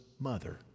mother